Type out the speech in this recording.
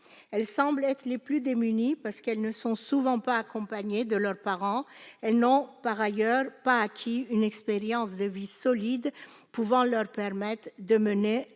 semblent être les plus démunis, parce qu'ils ne sont souvent pas accompagnés de leurs parents. Ils n'ont, par ailleurs, pas acquis une expérience de vie solide qui leur permettrait de mener